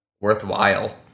worthwhile